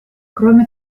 кроме